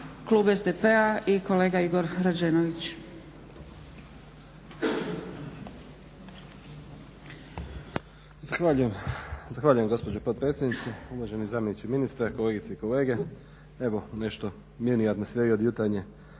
Klub SDP-a i kolega Igor Rađenović.